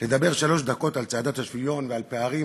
לדבר שלוש דקות על צעדת השוויון ועל פערים